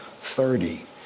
thirty